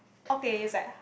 okay is like